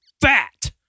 fat